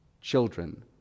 children